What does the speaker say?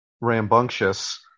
rambunctious